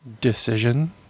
decision